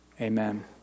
amen